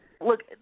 Look